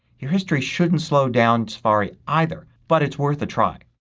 your history shouldn't slow down safari either. but it's worth a try.